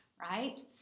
right